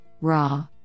raw